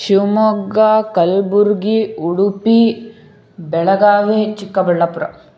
Shivamogga Kalaburagi Udupi Belagavi Chikkaballapur